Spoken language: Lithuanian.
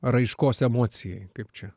raiškos emocijai kaip čia